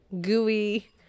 gooey